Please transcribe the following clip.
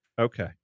Okay